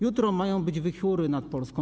Jutro mają być wichury nad Polską.